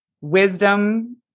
wisdom